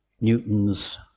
Newton's